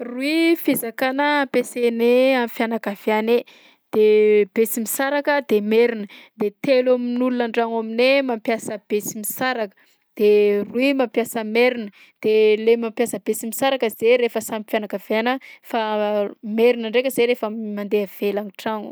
Roy fizakana ampiasainay am'fianakavianay de besimisaraka de merina. De telo amin'olona an-dragno aminay mampiasa besimisaraka de roy mampiasa merina. De le mampiasa besimisaraka zahay rehefa samby fianakaviàna fa merina ndraika zahay rehefa mandeha avelan'ny tragno.